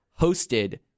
hosted